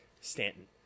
Stanton